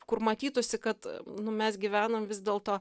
kur matytųsi kad nu mes gyvenam vis dėlto